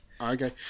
Okay